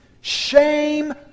Shame